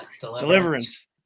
Deliverance